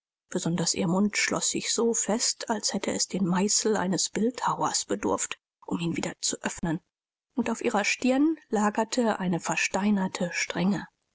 besonders ihr mund schloß sich so fest als hätte es des meißels eines bildhauers bedurft um ihn wieder zu öffnen und auf ihrer stirn lagerte eine versteinerte strenge